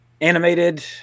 Animated